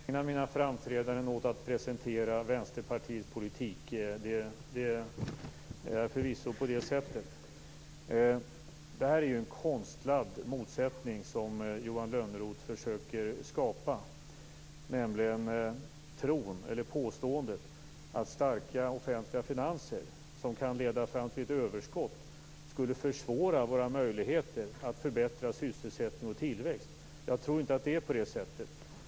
Herr talman! Jag kan ärligt säga att jag inte brukar ägna mina framträdanden åt att presentera Vänsterpartiets politik. Det är förvisso så. Det är en konstlad motsättning som Johan Lönnroth försöker skapa, nämligen med påståendet att starka offentliga finanser, som kan leda fram till ett överskott, skulle försvåra våra möjligheter att förbättra sysselsättning och tillväxt. Jag tror inte att det är så.